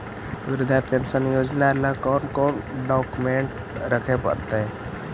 वृद्धा पेंसन योजना ल कोन कोन डाउकमेंट रखे पड़तै?